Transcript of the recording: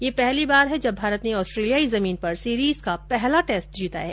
यह पहली बार है जब भारत ने ऑस्ट्रेलियाई जमीन पर सीरीज का पहला टेस्ट जीता है